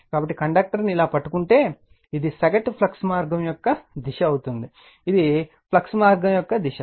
కాబట్టి కండక్టర్ను ఇలా పట్టుకుంటే ఇది సగటు ఫ్లక్స్ మార్గం యొక్క దిశ అవుతుంది ఇది ఫ్లక్స్ మార్గం యొక్క దిశ